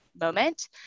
moment